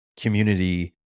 community